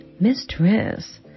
Mistress